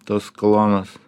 tas klonas